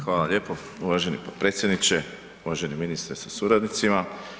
Hvala lijepo uvaženi potpredsjedniče, uvaženi ministre sa suradnicima.